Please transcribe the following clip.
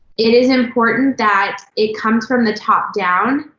it is important that it comes from the top down.